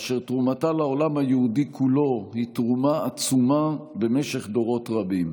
אשר תרומתה לעולם היהודי כולו היא תרומה עצומה במשך דורות רבים.